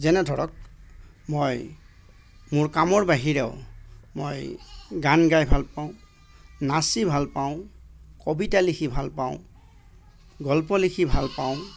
যেনে ধৰক মই মোৰ কামৰ বাহিৰেও মই গান গাই ভালপাওঁ নাচি ভালপাওঁ কবিতা লিখি ভালপাওঁ গল্প লিখি ভালপাওঁ